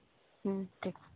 ᱴᱷᱤᱠ